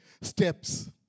steps